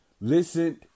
listened